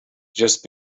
just